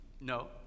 No